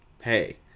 hey